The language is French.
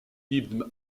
ibn